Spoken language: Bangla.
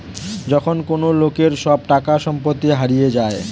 যখন কোন লোকের সব টাকা সম্পত্তি হারিয়ে যায়